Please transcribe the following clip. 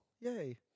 yay